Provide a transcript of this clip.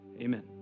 Amen